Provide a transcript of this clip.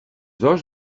dos